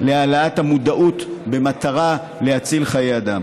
להעלאת המודעות במטרה להציל חיי אדם,